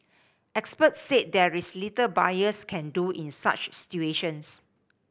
experts said there is little buyers can do in such situations